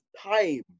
time